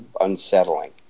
unsettling